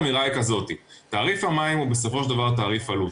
האמירה היא כזאת: תעריף המים הוא בסופו של דבר תעריף עלות.